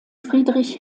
friedrich